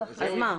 אז מה?